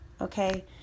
Okay